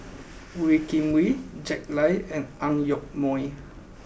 Wee Kim Wee Jack Lai and Ang Yoke Mooi